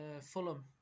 Fulham